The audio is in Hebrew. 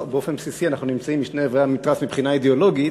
באופן בסיסי אנחנו נמצאים משני עברי המתרס מבחינה אידיאולוגית,